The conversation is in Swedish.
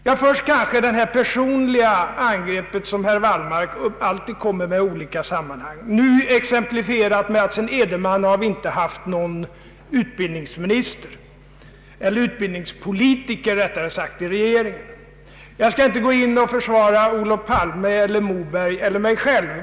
Jag vill till att börja med bemöta det personliga angrepp som herr Wallmark alltid gör i olika sammanhang, nu genom uttalandet att vi sedan Edenman inte har haft någon utbildningspolitiker i regeringen. Jag skall inte försvara Olof Palme, statsrådet Moberg eller mig själv.